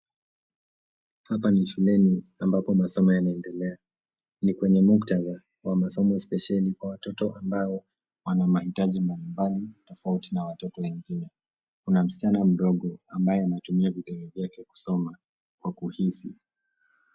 Hapa ni shuleni ambapo masomo yanaendelea. Ni kwenye muktadha wa masomo spesheli kwa watoto ambao wana maitaji mbalimbali tofauri na watoto wengine. Kuna msichana mdogo ambaye anatumia vidole vyake kusoma kwa kuhisi.